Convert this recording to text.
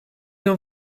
nur